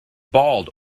bald